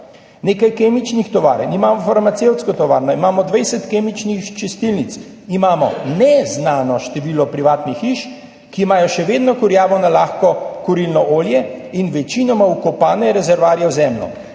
nekaj kemičnih tovarn, imamo farmacevtsko tovarno, imamo 20 kemičnih čistilnic. Imamo neznano število privatnih hiš, ki imajo še vedno kurjavo na lahko kurilno olje in večinoma vkopane rezervoarje v zemljo,